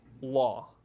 law